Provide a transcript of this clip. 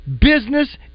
business